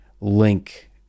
link